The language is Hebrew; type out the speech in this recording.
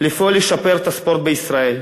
לפעול כדי לשפר את הספורט בישראל,